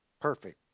perfect